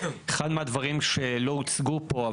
אחד מהדברים שלא הוצגו פה,